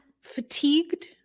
fatigued